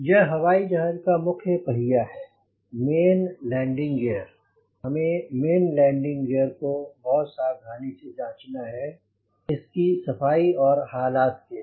यह हवाई जहाज का मुख्य पहिया है मेन लैंडिंग गियर हमें मेन लैंडिंग गियर को बहुत सावधानी से जांचना है इसकी सफाई और हालात के लिए